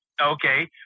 Okay